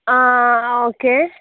ആ ഓക്കെ